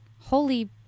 Holy